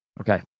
Okay